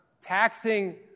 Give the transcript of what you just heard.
taxing